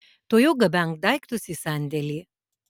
tuojau gabenk daiktus į sandėlį